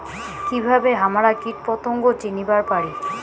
কিভাবে হামরা কীটপতঙ্গ চিনিবার পারি?